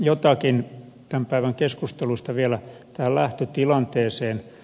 jotakin tämän päivän keskustelusta vielä tähän lähtötilanteeseen